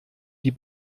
die